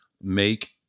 make